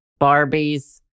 Barbies